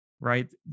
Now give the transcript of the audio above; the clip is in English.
right